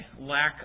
lack